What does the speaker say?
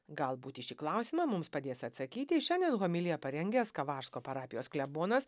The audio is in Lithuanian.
galbūt į šį klausimą mums padės atsakyti šiandien homiliją parengęs kavarsko parapijos klebonas